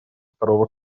второго